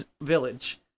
village